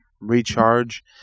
recharge